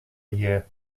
year